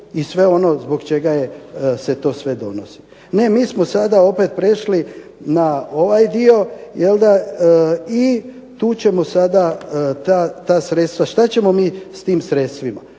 i sve ono zbog čega se sve to donosi? Ne. Mi smo sada opet prešli na ovaj dio i tu ćemo sada ta sredstva, što ćemo mi sada s tim sredstvima?